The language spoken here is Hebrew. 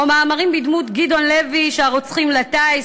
או למאמרים בדמות זה של גדעון לוי שהרוצחים לטיס,